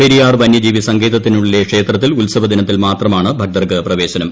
പെരിയാർ വനൃജീവി സങ്കേതത്തിനുള്ളിലെ ക്ഷേത്രത്തിൽ ഉൽസവദിനത്തിൽ മാത്രമാണ് ഭക്തർക്കു പ്രവേശനം